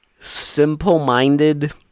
simple-minded